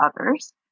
others